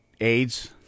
AIDS